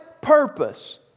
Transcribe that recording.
purpose